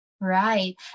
Right